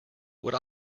what